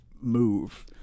move